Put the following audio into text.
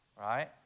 right